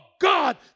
God